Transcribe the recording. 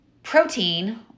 Protein